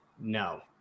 No